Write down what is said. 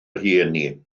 rhieni